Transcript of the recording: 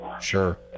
Sure